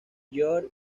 georg